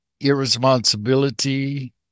irresponsibility